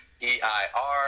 E-I-R